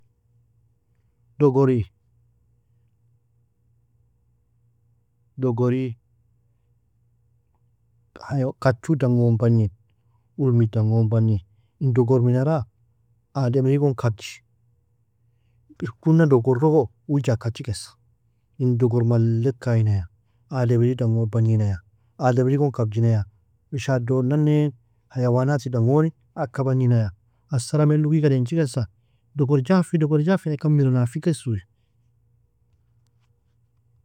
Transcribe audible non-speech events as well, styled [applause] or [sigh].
Dogori dogori [unintelligible] kachu dangon bagnin ulmi dangon bagnin in dogor minara ademri gon kabji ikuna dogor ogo u jakachikasa in dogor malek aina ya ademri dangon bagni naya ademri gon kabji naya in shadoon nani حيوانات idan goni aka bagninaya asara melluk igadanchikasa dogor jafi dogor jafi na ikan mira nafikis uoe.